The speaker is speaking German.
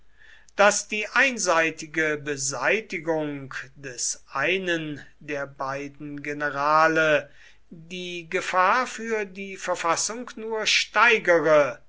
daß die einseitige beseitigung des einen der beiden generäle die gefahr für die verfassung nur steigere